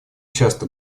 часто